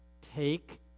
Take